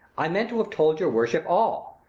i meant to have told your worship all.